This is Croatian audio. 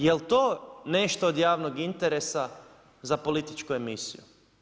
Jel to nešto od javnog interesa za političku emisiju?